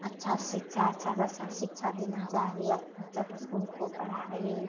अच्छी शिक्षा अच्छी से अच्छी शिक्षा देना चाहे सब स्कूल उसको पढ़ाए